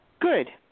Good